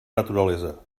naturalesa